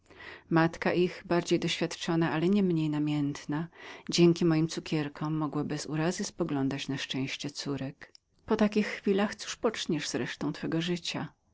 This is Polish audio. matka ich świadomsza ale niemniej namiętna dzięki moim cukierkom bez zazdrości poglądała na szczęście córek po takich chwilach cóż poczniesz z resztą twego życia